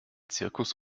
zirkus